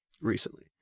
Recently